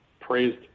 praised